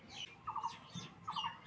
पानी कते बार पटाबे जे फसल बढ़िया होते?